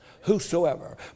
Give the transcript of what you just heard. whosoever